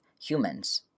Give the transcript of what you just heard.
humans